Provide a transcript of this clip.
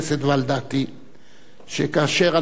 שכאשר אנחנו חשבנו וחישבנו